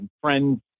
friends